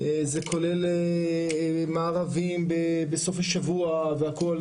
זה כולל מארבים בסוף השבוע והכל,